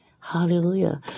Hallelujah